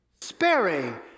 sparing